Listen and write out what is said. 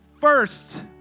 first